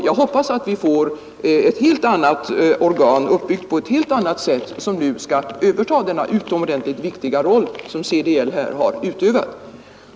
Jag hoppas att vi får ett annat organ, uppbyggt på ett helt annat sätt, som nu skall överta den utomordentligt viktiga roll som CDL här har spelat.